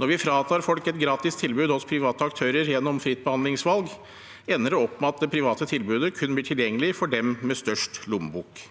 Når vi fratar folk et gratis tilbud hos private aktører gjennom fritt behandlingsvalg, ender det med at det private tilbudet kun blir tilgjengelig for dem med størst lommebok.